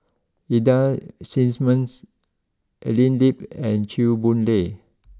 Ida Simmons Evelyn Lip and Chew Boon Lay